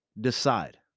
Decide